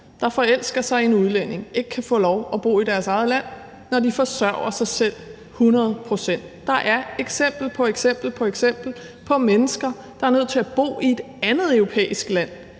der forelsker sig i en udlænding, ikke kan få lov at bo i deres eget land, når de forsørger sig selv hundrede procent. Der er eksempel på eksempel på mennesker, der er nødt til at bo i et andet europæisk land,